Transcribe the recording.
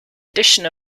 addition